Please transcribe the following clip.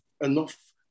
enough